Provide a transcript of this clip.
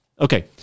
Okay